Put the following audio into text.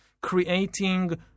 creating